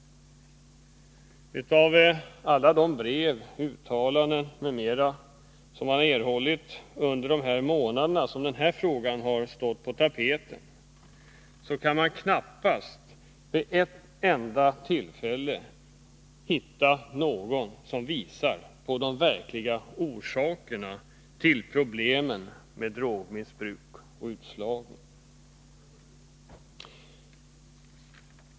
I alla de brev, uttalanden m.m. som jag tagit del av under de månader den här frågan stått på tapeten har jag knappast vid ett enda tillfälle kunnat hitta något som visar på de verkliga orsakerna till problemen med drogmissbruk och utslagning.